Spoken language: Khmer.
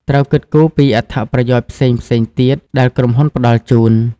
ត្រូវ គិតគូរពីអត្ថប្រយោជន៍ផ្សេងៗទៀត ដែលក្រុមហ៊ុនផ្តល់ជូន។